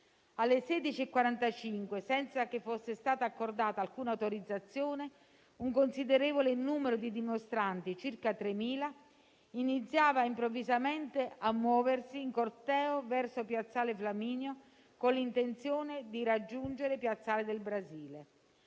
Alle 16,45, senza che fosse stata accordata alcuna autorizzazione, un considerevole numero di dimostranti (circa 3.000) iniziava improvvisamente a muoversi in corteo verso Piazzale Flaminio, con l'intenzione di raggiungere Piazzale del Brasile.